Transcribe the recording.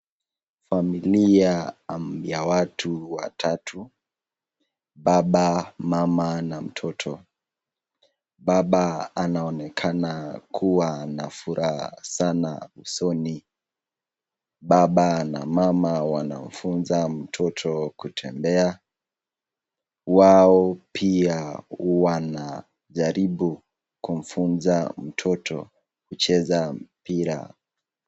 Familia ya watu watatu, baba, mama na mtoto .Baba anaonekana kuwa na furaha sana usoni. Baba na mama wanamfunza mtoto kutembea, wao pia wanajaribu kumfunza mtoto kucheza mpira.